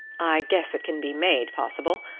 guess it can be made possible.